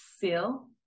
feel